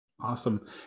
Awesome